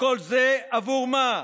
וכל זה עבור מה?